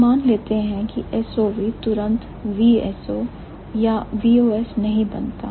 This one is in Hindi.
हम मान लेते हैं कि SOV सब तुरंत VSO या VOS नहीं बनता